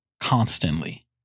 constantly